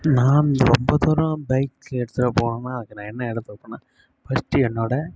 நான் ரொம்ப தூரம் பைக் எடுத்துட்டு போணுனால் அதுக்கு நான் என்ன எடுத்து வைப்பனா ஃபர்ஸ்ட்டு என்னோடய